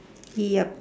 yup